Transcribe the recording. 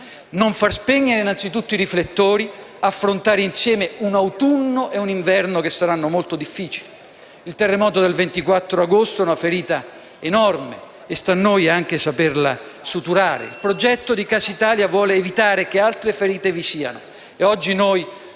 non far spegnere i riflettori e ad affrontare insieme un autunno e un inverno che saranno molto difficili. Il terremoto del 24 agosto è una ferita enorme e sta a noi anche saperla suturare. Il progetto Casa Italia vuole evitare che altre ferite vi siano, e oggi votiamo